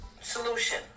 solution